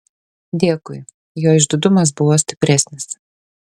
dėkui jo išdidumas buvo stipresnis